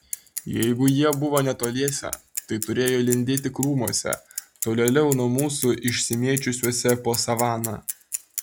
jeigu jie buvo netoliese tai turėjo lindėti krūmuose tolėliau nuo mūsų išsimėčiusiuose po savaną